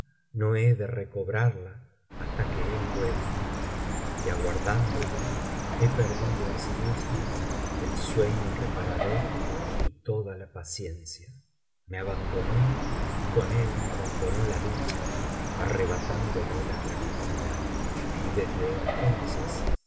no lie de recobrarla hasta que él vuelva y aguardándole lie perdido asimismo el sueño reparador y toda la paciencia me abandonó y con él me abandonó la dicha arrebatándome la tranquilidad j y desde entonces